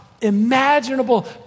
imaginable